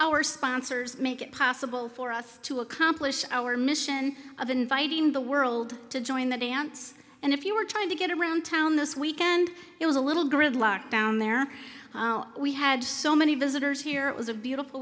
our sponsors make it possible for us to accomplish our mission of inviting the world to join the dance and if you are trying to get around town this weekend it was a little gridlock down there we had so many visitors here it was a beautiful